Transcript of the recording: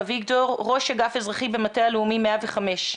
אביגדור, ראש אגף אזרחי במטה הלאומי 105,